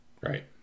Right